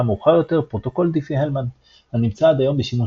מאוחר יותר פרוטוקול דיפי הלמן הנמצא עד היום בשימוש